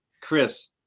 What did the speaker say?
Chris